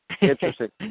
Interesting